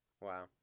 Wow